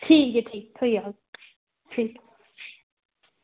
ठीक ऐ ठीक ऐ ठीक